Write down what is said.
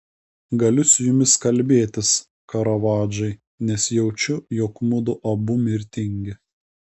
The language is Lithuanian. galiu su jumis kalbėtis karavadžai nes jaučiu jog mudu abu mirtingi